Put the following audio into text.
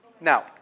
Now